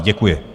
Děkuji.